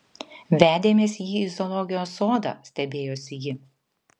vedėmės jį į zoologijos sodą stebėjosi ji